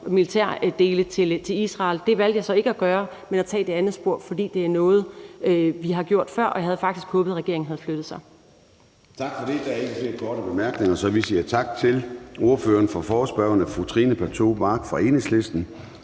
militære dele til Israel. Det valgte jeg så ikke at gøre, men at tage det andet spor, fordi det er noget, vi har gjort før. Og jeg havde faktisk håbet, regeringen havde flyttet sig. Kl. 20:27 Formanden (Søren Gade): Tak for det. Der er ikke flere korte bemærkninger, så vi siger tak til ordføreren for forespørgerne, fru Trine Pertou Mach fra Enhedslisten.